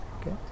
Okay